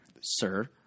Sir